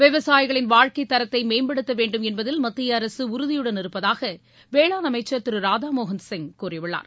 விவசாயிகளின் வாழ்க்கைத் தரத்தை மேம்படுத்த வேண்டும் என்பதில் மத்திய அரசு உறுதியுடன் வேளாண் இருப்பதாக அமைச்சர் திரு ராதாமோகன் சிங் கூறியுள்ளார்